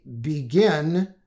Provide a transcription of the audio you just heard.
begin